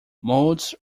modes